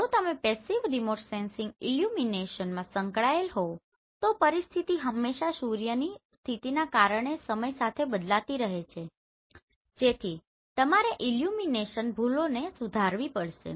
જો તમે passive remote sensing ઇલ્યુમિનેશનમાં સંકળાયેલા હોવ તો પરીસ્થિતિ હમેશા સૂર્યની સ્થિતિના કારણે સમય સાથે બદલાતી રહે છે જેથી તમારે ઇલ્યુમિનેશનની ભૂલોને સુધારવી પડશે